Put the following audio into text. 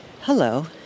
hello